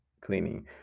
cleaning